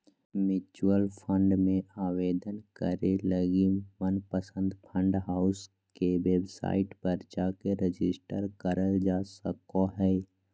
mutual fund मे आवेदन करे लगी मनपसंद फंड हाउस के वेबसाइट पर जाके रेजिस्टर करल जा सको हय